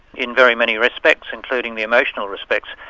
in very many respects, including the emotional respects.